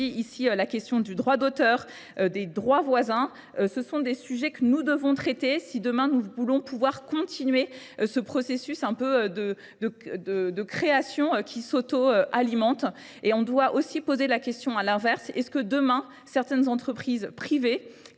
ici la question du droit d'auteur, des droits voisins. Ce sont des sujets que nous devons traiter si demain nous voulons pouvoir continuer ce processus un peu de création qui s'auto-alimente. Et on doit aussi poser la question à l'inverse. Est-ce que demain certaines entreprises privées